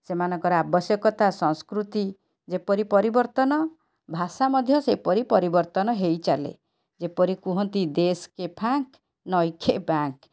ସେମାନଙ୍କର ଆବଶ୍ୟକତା ସଂସ୍କୃତି ଯେପରି ପରିବର୍ତ୍ତନ ଭାଷା ମଧ୍ୟ ସେପରି ପରିବର୍ତ୍ତନ ହେଇଚାଲେ ଯେପରି କୁହନ୍ତି ଦେଶ୍ କେ ଫାଙ୍କ୍ ନଈକେ ବାଙ୍କ